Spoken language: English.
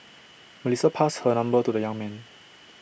Melissa passed her number to the young man